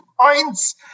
points